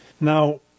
Now